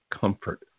comfort